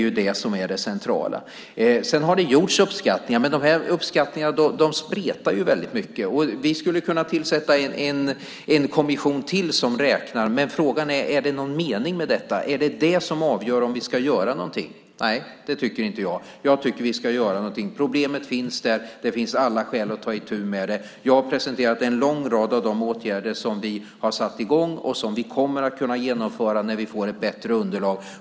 Det är det centrala. Det har gjorts uppskattningar, men de spretar väldigt mycket. Vi skulle ju kunna tillsätta ännu en kommission som räknar, men frågan är om det är någon mening med det. Är det vad som avgör om vi ska göra någonting? Nej, det tycker inte jag. Jag tycker att vi ska göra något. Problemet finns där. Det finns alla skäl att ta itu med det. Jag har presenterat en lång rad åtgärder som vi har satt i gång och som vi kommer att kunna genomföra när vi får ett bättre underlag.